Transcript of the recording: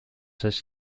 has